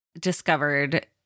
discovered